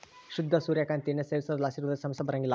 ಶುದ್ಧ ಸೂರ್ಯ ಕಾಂತಿ ಎಣ್ಣೆ ಸೇವಿಸೋದ್ರಲಾಸಿ ಹೃದಯ ಸಮಸ್ಯೆ ಬರಂಗಿಲ್ಲ